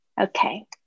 Okay